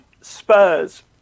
Spurs